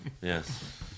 Yes